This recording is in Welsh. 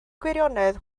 gwirionedd